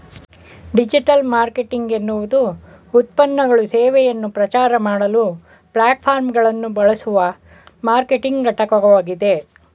digital marketing ಎನ್ನುವುದುಉತ್ಪನ್ನಗಳು ಸೇವೆಯನ್ನು ಪ್ರಚಾರಮಾಡಲು ಪ್ಲಾಟ್ಫಾರ್ಮ್ಗಳನ್ನುಬಳಸುವಮಾರ್ಕೆಟಿಂಗ್ಘಟಕವಾಗಿದೆ